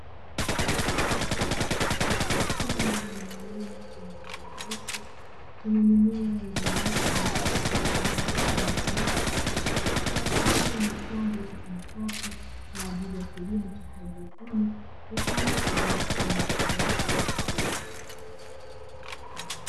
Chombo maalum chenye rangi nyeusi chenye mimea iliyoota na kuchipua kwa rangi ya kijani kibichi, kuashiria ni chombo kitumikacho kwa ajili ya kilimo cha haidroponi ya sayansi bila kutumia udongo.